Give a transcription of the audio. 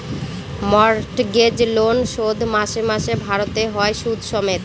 mortgage loan শোধ মাসে মাসে ভারতে হয় সুদ সমেত